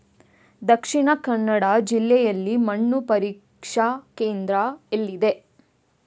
ದಕ್ಷಿಣ ಕನ್ನಡ ಜಿಲ್ಲೆಯಲ್ಲಿ ಮಣ್ಣು ಪರೀಕ್ಷಾ ಕೇಂದ್ರ ಎಲ್ಲಿದೆ?